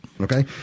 Okay